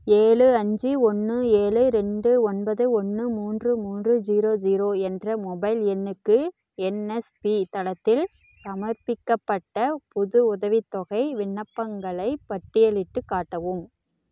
ஏழு அஞ்சு ஒன்று ஏழு ரெண்டு ஒன்பது ஒன்று மூன்று மூன்று ஜீரோ ஜீரோ என்ற மொபைல் எண்ணுக்கு என்எஸ்பி தளத்தில் சமர்ப்பிக்கப்பட்ட புது உதவித்தொகை விண்ணப்பங்களைப் பட்டியலிட்டுக் காட்டவும்